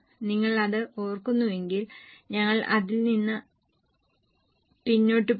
നിങ്ങൾ അത് ഓർക്കുന്നില്ലെങ്കിൽ ഞങ്ങൾ അതിൽ നിന്ന് പിന്നോട്ട് പോകും